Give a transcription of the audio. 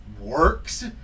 works